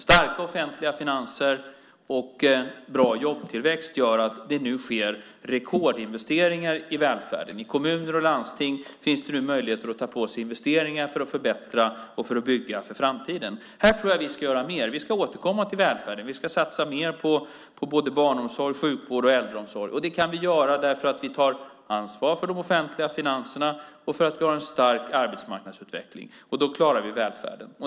Starka offentliga finanser och bra jobbtillväxt gör att det nu sker rekordinvesteringar i välfärden. I kommuner och landsting finns det nu möjligheter att ta på sig investeringar för att förbättra och för att bygga för framtiden. Här tror jag att vi ska göra mer. Vi ska återkomma till välfärden. Vi ska satsa mer på barnomsorg, sjukvård och äldreomsorg. Det kan vi göra därför att vi tar ansvar för de offentliga finanserna och för att vi har en stark arbetsmarknadsutveckling. Då klarar vi välfärden.